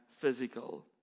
physical